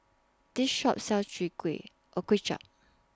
This Shop sells Kuay Chap